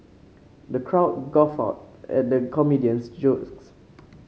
the crowd guffawed at the comedian's